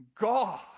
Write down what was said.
God